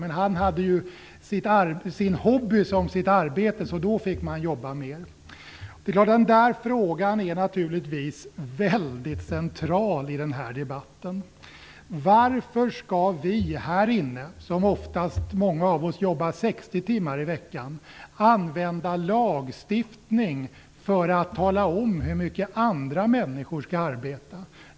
Men han har ju sin hobby som sitt arbete, och då får man jobba mer. Frågan är naturligtvis väldigt central i den här debatten. Varför skall vi här i kammaren - många av oss jobbar oftast 60 timmar i veckan använda lagstiftning för att tala om hur mycket andra människor skall arbeta?